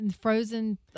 frozen